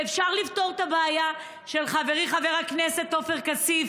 ואפשר לפתור את הבעיה של חברי חבר הכנסת עופר כסיף,